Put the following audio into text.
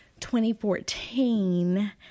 2014